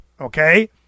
Okay